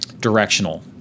directional